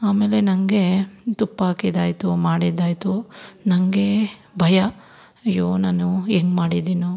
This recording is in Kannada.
ಆಮೇಲೆ ನನಗೆ ತುಪ್ಪ ಹಾಕಿದ್ದಾಯ್ತು ಮಾಡಿದ್ದಾಯ್ತು ನನಗೆ ಭಯ ಅಯ್ಯೋ ನಾನು ಹೆಂಗ್ ಮಾಡಿದ್ದಿನೋ